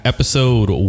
Episode